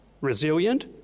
resilient